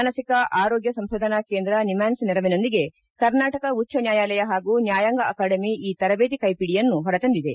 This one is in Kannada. ಮಾನಸಿಕ ಆರೋಗ್ಯ ಸಂತೋಧನಾ ಕೇಂದ್ರ ನಿಮ್ವಾನ್ಸ್ ನೆರವಿನೊಂದಿಗೆ ಕರ್ನಾಟಕ ಉಚ್ಚ ನ್ಯಾಯಾಲಯ ಪಾಗೂ ನ್ಯಾಯಾಂಗ ಅಕಾಡಮಿ ಈ ತರಬೇತಿ ಕೈಪಿಡಿಯನ್ನು ಹೊರತಂದಿದೆ